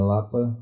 Lapa